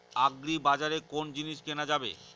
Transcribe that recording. আগ্রিবাজারে কোন জিনিস কেনা যাবে?